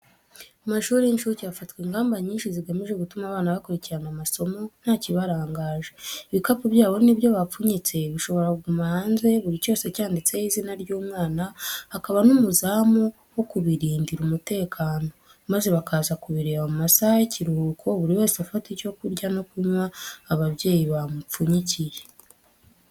Mu mashuri y'incuke hafatwa ingamba nyinshi zigamije gutuma abana bakurikira amasomo nta kibarangaje, ibikapu byabo n'ibyo bapfunyitse bishobora kuguma hanze, buri cyose cyanditseho izina ry'umwana, hakaba n'umuzamu wo kubirindira umutekano, maze bakaza kubireba mu masaha y'ikiruhuko, buri wese afata icyo kurya no kunywa, ababyeyi bamupfunyikiye.